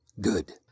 Good